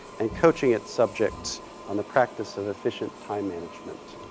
and coaching its subjects on the practice of efficient time management.